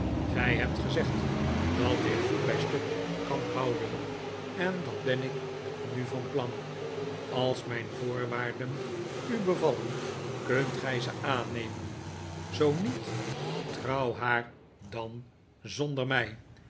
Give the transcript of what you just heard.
gij hebt gezegd dat ik voet bij stuk kan houden en dat ben ik nu van plan als mijn voorwaarden u bevallen kunt gij ze aannemen zoo niet trouw haar dan zonder mij